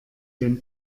den